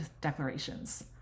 declarations